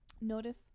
Notice